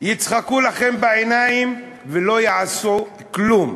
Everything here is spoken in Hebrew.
יצחקו לכם בעיניים ולא יעשו כלום.